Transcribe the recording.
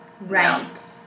Right